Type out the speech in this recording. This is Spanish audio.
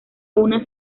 una